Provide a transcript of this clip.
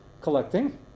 collecting